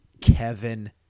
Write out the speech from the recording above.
Kevin